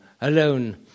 alone